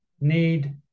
need